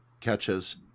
catches